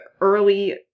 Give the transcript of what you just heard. early